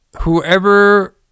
whoever